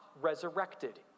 resurrected